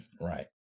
Right